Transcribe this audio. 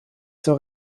zur